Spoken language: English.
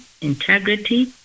integrity